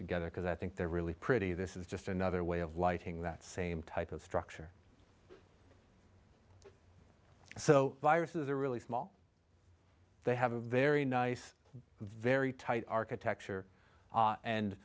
together because i think they're really pretty this is just another way of lighting that same type of structure so viruses are really small they have a very nice very tight architecture